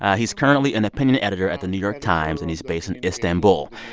ah he's currently an opinion editor at the new york times, and he's based in istanbul.